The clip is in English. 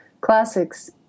Classics